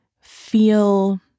feel